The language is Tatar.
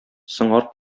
сыңар